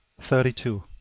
thirty two.